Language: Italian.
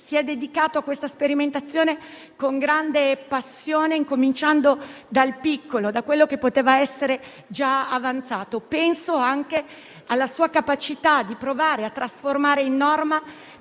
Si è dedicato a quella sperimentazione con grande passione, cominciando dal piccolo e da ciò che poteva essere già avanzato. Penso anche alla sua capacità di trasformare in norma